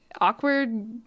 awkward